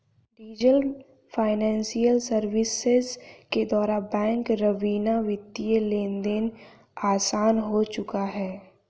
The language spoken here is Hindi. डीजल फाइनेंसियल सर्विसेज के द्वारा बैंक रवीना वित्तीय लेनदेन आसान हो चुका है